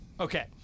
okay